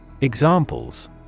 Examples